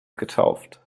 getauft